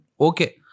okay